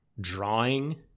drawing